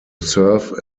serve